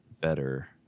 better